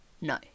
no